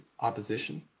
opposition